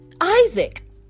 Isaac